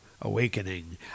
awakening